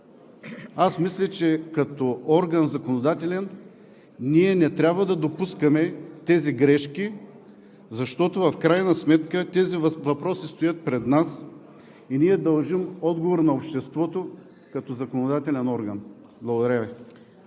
Аз мисля, че като законодателен орган ние не трябва да допускаме тези грешки, защото в крайна сметка тези въпроси стоят пред нас и ние дължим отговор на обществото като законодателен орган. Благодаря Ви.